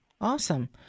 Awesome